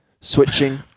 switching